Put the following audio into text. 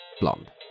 blonde